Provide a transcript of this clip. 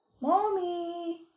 Mommy